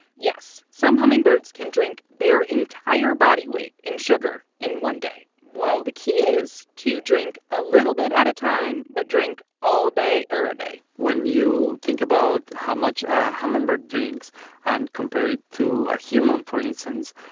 yes, some hummingbirds can drink their entire body weight in sugar in one day whoa the key is to drink a little bit at a time but drink all day, every day when you think about how much a hummingbird drinks and compare it to a human, for instance,